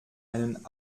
einen